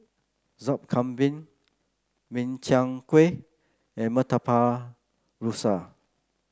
Sup Kambing Min Chiang Kueh and Murtabak Rusa